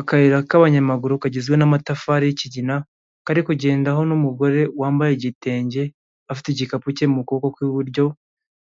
Akayira k'abamaguru kagizwe n'amatafari y'ikigina, kari kugendwaho n'umugore wambaye igitenge afite igikapu cye mu kuboko kw'iburyo,